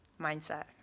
mindset